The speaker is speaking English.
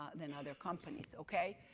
ah than other companies, okay?